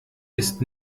ist